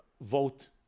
vote